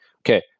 Okay